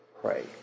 pray